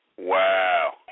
Wow